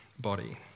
body